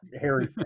harry